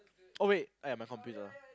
oh wait !aiya! ya my computer